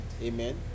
Amen